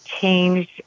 changed